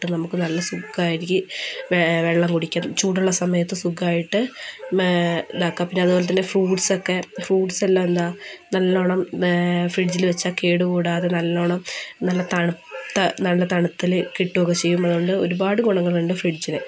നമുക്ക് നല്ല സുഖമായിരിക്കും വെള്ളം കുടിക്കാൻ ചൂടുള്ള സമയത്ത് സുഖമായിട്ട് ഇതാക്കാം പിന്നെ അതുപോലെതന്നെ ഫ്രൂട്സ് ഒക്കെ ഫ്രൂട്സ് എല്ലാം എന്താ നല്ലോണം ഫ്രിഡ്ജിൽ വച്ചാൽ കേടുകൂടാതെ നല്ലോണം നല്ല തണുത്ത നല്ല തണുത്ത് കിട്ടുകയൊക്കെ ചെയ്യും അതുകൊണ്ട് ഒരുപാട് ഗുണങ്ങളുണ്ട് ഫ്രിഡ്ജിന്